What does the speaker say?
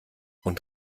und